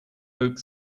oak